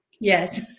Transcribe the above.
Yes